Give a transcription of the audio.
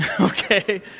Okay